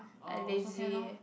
oh also can lor